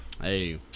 Hey